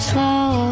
Slow